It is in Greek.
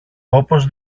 όπως